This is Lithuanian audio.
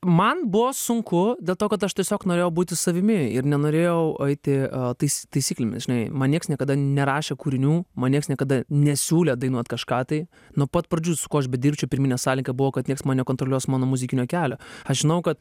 man buvo sunku dėl to kad aš tiesiog norėjau būti savimi ir nenorėjau aiti tais taisyklėmis žinai man nieks niekada nerašė kūrinių man nieks niekada nesiūlė dainuot kažką tai nuo pat pradžių su kuo aš bedirbčiau pirminė sąlyga buvo kad nieks man nekontroliuos mano muzikinio kelio aš žinau kad